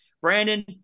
Brandon